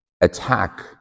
attack